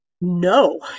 No